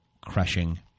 crushing